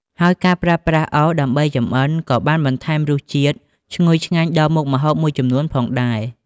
ហើយការប្រើប្រាស់អុសដើម្បីចម្អិនក៏បានបន្ថែមរសជាតិឈ្ងុយឆ្ងាញ់ដល់មុខម្ហូបមួយចំនួនផងដែរ។